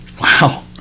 Wow